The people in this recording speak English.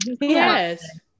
yes